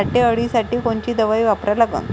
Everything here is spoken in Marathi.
घाटे अळी साठी कोनची दवाई वापरा लागन?